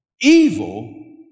evil